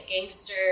gangster